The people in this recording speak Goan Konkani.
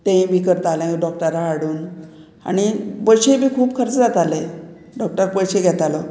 तेय बी करताले डॉक्टराक हाडून आनी पयशे बी खूब खर्च जाताले डॉक्टर पयशे घेतालो